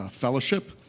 ah fellowship.